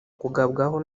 kugabwaho